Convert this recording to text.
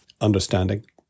understanding